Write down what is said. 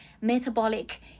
metabolic